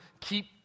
keep